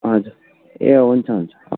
हजुर ए हुन्छ हुन्छ